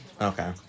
Okay